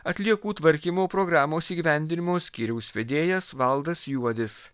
atliekų tvarkymo programos įgyvendinimo skyriaus vedėjas valdas juodis